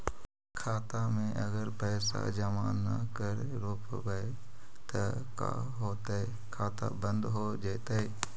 खाता मे अगर पैसा जमा न कर रोपबै त का होतै खाता बन्द हो जैतै?